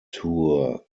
tour